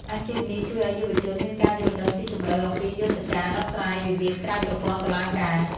អាជីពនេះជួយឱ្យយុវជនមានការយល់ដឹងស៊ីជម្រៅអំពីយន្តការដោះស្រាយវិវាទក្រៅប្រព័ន្ធតុលាការ។